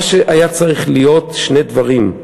מה שהיה צריך להיות, שני דברים: